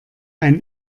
ein